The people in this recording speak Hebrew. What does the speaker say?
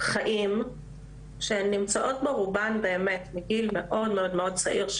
חיים שהן נמצאות בו רובן באמת מגיל מאוד מאוד צעיר,